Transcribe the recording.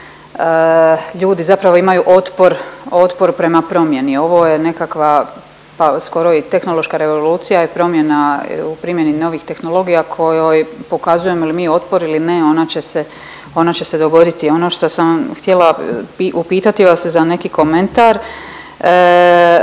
ljudi zapravo imaju otpor, otpor prema promjeni. Ovo je nekakva pa skoro i tehnološka revolucija i promjena u primjeni novih tehnologija kojoj pokazujemo li mi otpor ili ne ona će se dogoditi. Ono što sam htjela upitati vas je za neki komentar,